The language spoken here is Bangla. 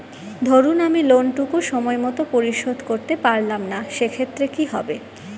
ধরুন আমি লোন টুকু সময় মত পরিশোধ করতে পারলাম না সেক্ষেত্রে কি হবে?